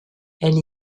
elle